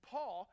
Paul